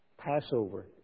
Passover